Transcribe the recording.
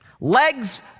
legs